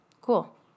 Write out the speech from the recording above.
Cool